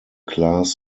class